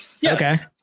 Yes